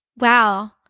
wow